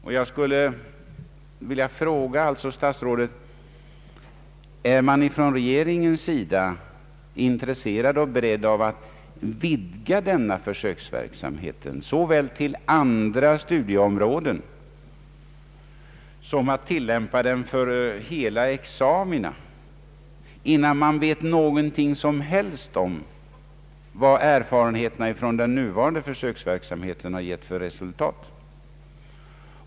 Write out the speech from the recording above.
Därför skulle jag vilja fråga statsrådet: Är man från regeringens sida intresserad av och beredd att såväl vidga denna försöksverksamhet till andra studieområden som att tillämpa den för hela examina innan man vet något som helst om erfarenheterna från den nuvarande försöksverksamheten?